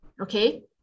okay